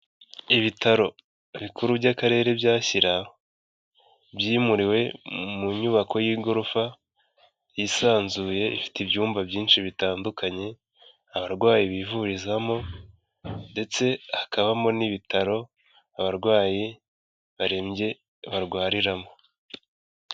Ibitaro bikuru by'akarere bya Shyira, byimuriwe mu nyubako y'igorofa yisanzuye ifite ibyumba byinshi bitandukanye abarwayi bivurizamo, ndetse hakabamo n'ibitaro abarwayi barembye barwariramo.